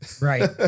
Right